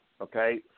Okay